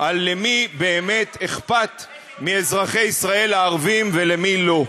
על למי באמת אכפת מאזרחי ישראל הערבים ולמי לא.